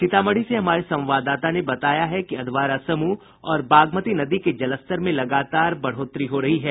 सीतामढ़ी से हमारे संवाददाता ने बताया है कि अधवारा समूह और बागमती नदी के जलस्तर में लगातार बढ़ोतरी हो रही है